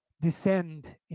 descend